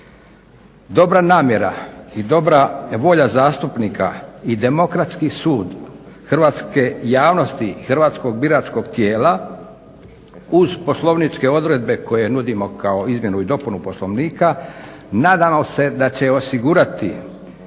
Dobra namjera i dobra volja zastupnika i demokratski sud hrvatske javnosti i hrvatskog biračkog tijela uz poslovničke odredbe koje nudimo kao izmjenu i dopunu Poslovnika nadamo se da će osigurati